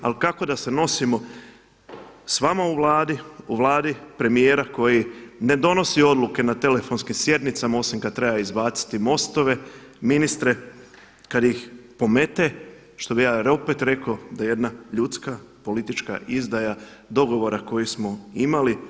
Ali kako da se nosimo sa vama u Vladi, u Vladi premijera koji ne donosi odluke na telefonskim sjednicama, osim kad treba izbaciti MOST-ove ministre, kad ih pomete što bih ja opet rekao da jedna ljudska, politička izdaja dogovora koji smo imali.